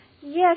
Yes